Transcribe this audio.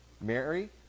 Mary